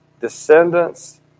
descendants